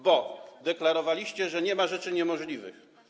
Bo deklarowaliście, że nie ma rzeczy niemożliwych.